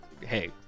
hey